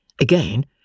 Again